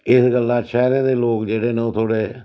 इस गल्ला शैह्रें दे लोक जेह्ड़े न ओह् थोह्ड़े